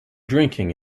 drinking